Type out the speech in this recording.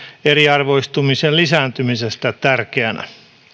eriarvoistumisen lisääntymisestä tärkeänä